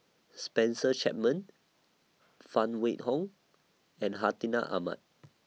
Spencer Chapman Phan Wait Hong and Hartinah Ahmad